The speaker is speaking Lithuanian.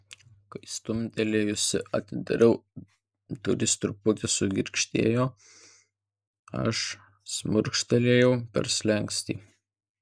kai stumtelėjusi atidariau durys truputį sugirgždėjo aš šmurkštelėjau per slenkstį